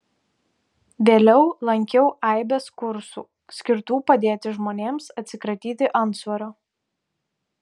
vėliau lankiau aibes kursų skirtų padėti žmonėms atsikratyti antsvorio